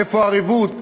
איפה הערבות?